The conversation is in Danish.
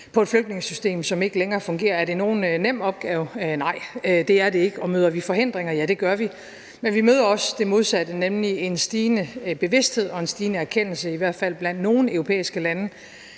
på et flygtningesystem, som ikke længere fungerer. Er det nogen nem opgave? Nej, det er det ikke. Møder vi forhindringer? Ja, det gør vi. Men vi møder også det modsatte, nemlig en stigende bevidsthed om og stigende erkendelse af – i hvert fald blandt nogle europæiske lande